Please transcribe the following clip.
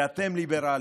ואתם ליברלים.